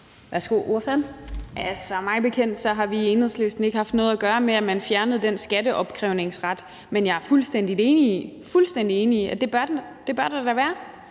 Villadsen (EL): Altså, mig bekendt har vi i Enhedslisten ikke haft noget at gøre med, at man fjernede den skatteopkrævningsret, men jeg er fuldstændig enig i, at det bør der da være,